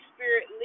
Spirit